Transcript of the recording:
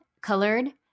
colored